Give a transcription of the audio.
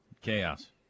Chaos